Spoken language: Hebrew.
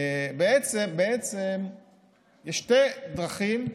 בעצם יש שתי דרכים.